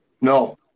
no